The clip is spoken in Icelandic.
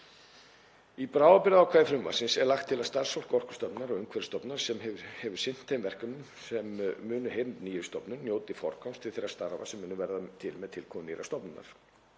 Í bráðabirgðaákvæði frumvarpsins er lagt til að starfsfólk Orkustofnunar og Umhverfisstofnunar sem hefur sinnt þeim verkefnum sem munu heyra undir nýja stofnun njóti forgangs til þeirra starfa sem munu verða til með tilkomu nýrrar stofnunar.